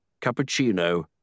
cappuccino